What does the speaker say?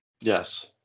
Yes